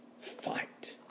fight